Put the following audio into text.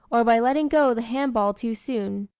or by letting go the hand-ball too soon.